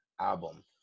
album